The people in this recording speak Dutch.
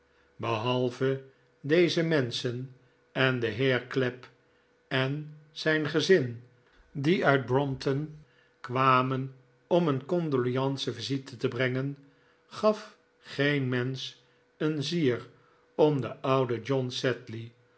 behalve deze menschen en den heer clapp en zijn gezin die uit brompton kwamen om cen condoleantie visite te brengen gaf geen mensch een zier om den ouden john